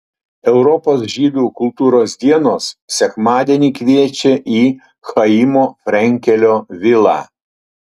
europos žydų kultūros dienos sekmadienį kviečia į chaimo frenkelio vilą